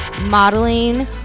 modeling